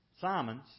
Simon's